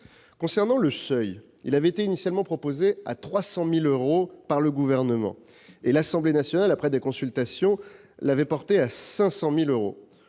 Concernant le seuil, il avait été initialement fixé à 300 000 euros par le Gouvernement. L'Assemblée nationale, après consultation, l'a porté à 500 000 euros.